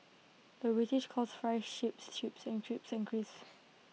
the British calls fries ships and Chips Crisps